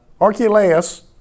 Archelaus